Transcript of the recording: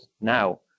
now